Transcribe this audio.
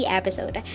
episode